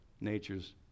natures